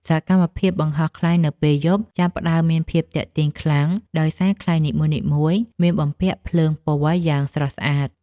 សកម្មភាពបង្ហោះខ្លែងនៅពេលយប់ ចាប់ផ្ដើមមានភាពទាក់ទាញខ្លាំង ដោយសារខ្លែងនីមួយៗមានបំពាក់ភ្លើងពណ៌យ៉ាងស្រស់ស្អាត។